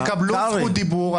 תקבלו זכות דיבור.